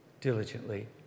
diligently